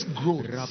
growth